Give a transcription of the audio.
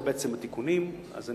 אני